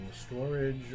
storage